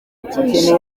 byinshi